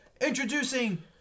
Introducing